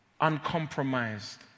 uncompromised